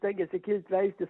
taigi atsikilt leistis